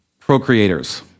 procreators